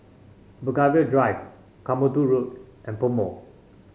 Belgravia Drive Katmandu Road and PoMo